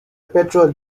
petro